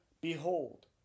Behold